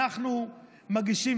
אנחנו מגישים,